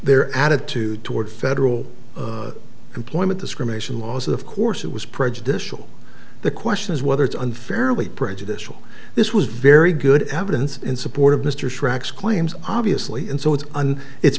their attitude toward federal employment discrimination laws of course it was prejudicial the question is whether it's unfairly prejudicial this was very good evidence in support of mr shrek's claims obviously and so it's